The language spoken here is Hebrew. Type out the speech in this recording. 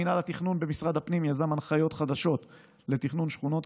מינהל התכנון במשרד הפנים יזם הנחיות חדשות לתכנון שכונות,